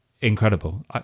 incredible